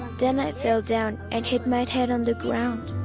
then i fell down and hit my head on the ground.